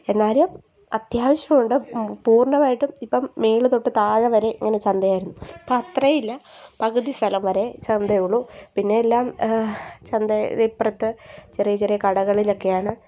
എന്നാലും അത്യാവശ്യം ഉണ്ട് പൂർണ്ണമായിട്ടും ഇപ്പം മേലെ തൊട്ട് താഴെ വരെ ഇങ്ങനെ ചന്തയായിരുന്നു ഇപ്പം അത്രയും ഇല്ല പകുതി സ്ഥലം വരെ ചന്തയുള്ളു പിന്നെ എല്ലാം ചന്തയിൽ ഇപ്പുറത്ത് ചെറിയ ചെറിയ കടകളിലൊക്കെയാണ്